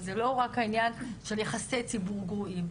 אבל זה לא רק עניין של יחסי ציבור גרועים.